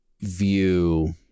view